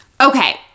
Okay